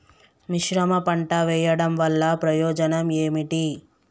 మిశ్రమ పంట వెయ్యడం వల్ల ప్రయోజనం ఏమిటి?